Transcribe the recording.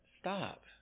Stop